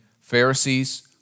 Pharisees